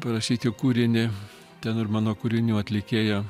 parašyti kūrinį ten ir mano kūrinių atlikėja